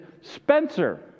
Spencer